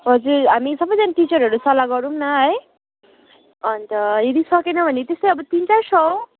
हजुर हामी सबैजना टिचरहरू सल्लाह गरौँ न है अन्त हेरिसकेन भने त्यसो भए अब तिन चार सय हो